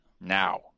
Now